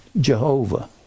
Jehovah